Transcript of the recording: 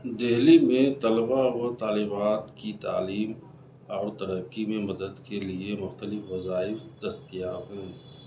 دہلی میں طلباء و طالبات کی تعلیم اور ترقی میں مدد کے لئے مختلف وظائف دستیاب ہیں